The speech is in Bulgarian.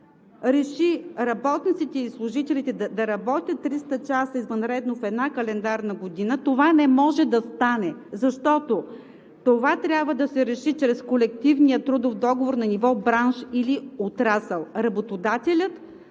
реши работниците и служителите да работят 300 часа извънредно в една календарна година, това не може да стане. Защото това трябва да се реши чрез колективния трудов договор на ниво бранш или отрасъл. Работодателят